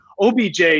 OBJ